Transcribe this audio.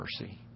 mercy